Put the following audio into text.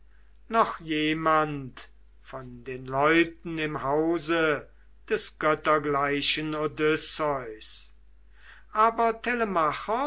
noch jemand von den leuten im hause des göttergleichen odysseus aber